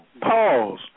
Pause